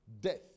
Death